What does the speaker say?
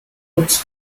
putz